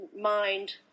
mind